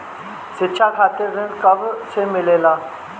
शिक्षा खातिर ऋण कब से मिलेला?